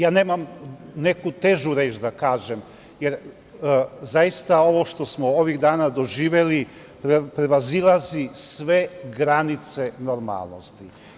Ja nemam neku težu reč da kažem, jer zaista što smo ovih dana doživeli prevazilazi sve granice normalnosti.